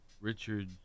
Richard